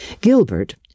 Gilbert